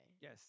Yes